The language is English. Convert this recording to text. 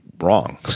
wrong